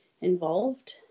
involved